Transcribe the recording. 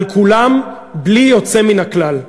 על כולם בלי יוצא מן הכלל.